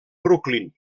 brooklyn